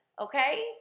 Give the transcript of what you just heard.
okay